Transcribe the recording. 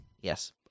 Yes